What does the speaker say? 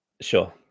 Sure